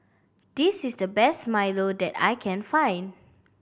this is the best milo that I can find